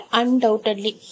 undoubtedly